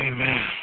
Amen